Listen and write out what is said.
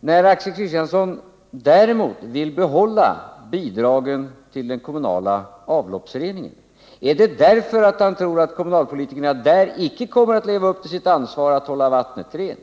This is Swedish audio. När Axel Kristiansson däremot vill behålla bidragen till den kommunala avloppsreningen, beror det då på att han tror att kommunalpolitikerna där icke kommer att leva upp till sitt ansvar att hålla vattnet rent?